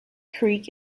creek